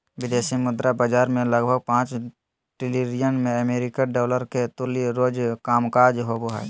विदेशी मुद्रा बाजार मे लगभग पांच ट्रिलियन अमेरिकी डॉलर के तुल्य रोज कामकाज होवो हय